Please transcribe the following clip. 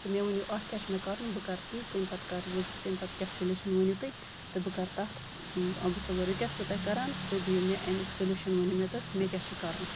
تہٕ مےٚ ؤنِو اَتھ کیاہ چھُ مےٚ کَرُن بہٕ کرٕ تی تَمہِ پتہٕ کر وٕچھٕ بہٕ تَمہِ پَتہٕ کیاہ سٔلوٗشَن ؤنِو تُہۍ تہٕ بہٕ کرٕتھ تَتھ بہٕ چھَسَو وۄنۍ رُکویسٹ تۄہہِ کران تُہۍ دِیو مےٚ اَمیُک سٔلوٗشَن ؤنِو مےٚ تُہۍ مےٚ کیاہ چھُ کَرُن